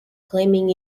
claiming